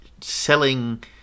selling